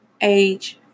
age